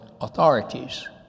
authorities